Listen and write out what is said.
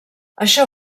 això